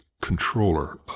controller